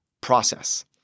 process